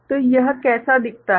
तो यह कैसा दिखता है